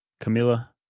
Camilla